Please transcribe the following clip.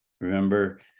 remember